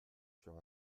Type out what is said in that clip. sur